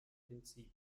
príncipe